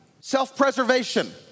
self-preservation